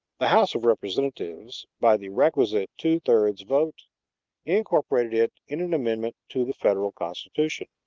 the house of representatives by the requisite two-thirds vote incorporated it in an amendment to the federal constitution.